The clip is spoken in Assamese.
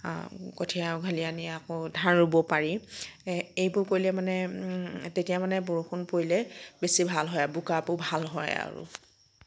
কঠীয়া উঘালি আনি আকৌ ধান ৰুব পাৰি এ এইবোৰ কৰিলে মানে তেতিয়া মানে বৰষুণ পৰিলে বেছি ভাল হয় আৰু বোকাবোৰ ভাল হয় আৰু